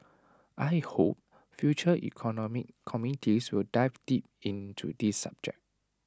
I hope future economic committees will dive deep into this subject